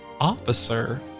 officer